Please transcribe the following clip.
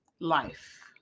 life